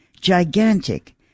gigantic